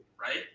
right